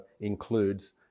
includes